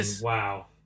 wow